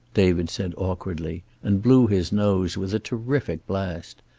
david said awkwardly, and blew his nose with a terrific blast.